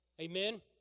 Amen